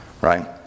right